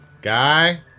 Guy